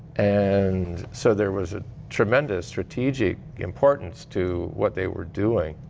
and so there was a tremendous strategic importance to what they were doing.